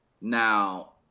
Now